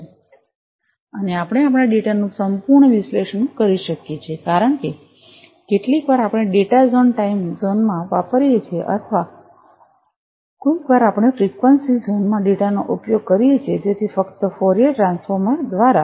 અને આપણે આપણાં ડેટાનું સંપૂર્ણ વિશ્લેષણ કરી શકીએ છીએ કારણ કે કેટલીકવાર આપણે ડેટા ઝોન ટાઇમ ઝોનમાં વાપરીએ છીએ અથવા કોઈક વાર આપણે ફ્રીકવન્સી ઝોન માં ડેટાનો ઉપયોગ કરીએ છીએ તેથી ફક્ત ફોરિયર ટ્રાન્સફોર્મ દ્વારા